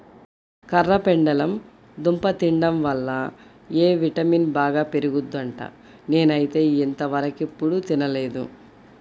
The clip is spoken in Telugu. కర్రపెండలం దుంప తింటం వల్ల ఎ విటమిన్ బాగా పెరుగుద్దంట, నేనైతే ఇంతవరకెప్పుడు తినలేదు